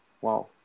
Wow